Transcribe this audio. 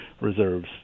reserves